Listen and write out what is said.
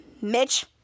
Mitch